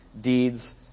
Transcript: deeds